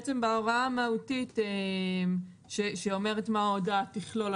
בהוראה המהותית שאומרת מה תכלול ההודעה,